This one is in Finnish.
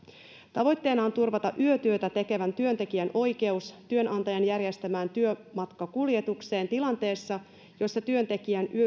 tavoitteena on turvata yötyötä tekevän työntekijän oikeus työnantajan järjestämään työmatkakuljetukseen tilanteessa jossa työntekijän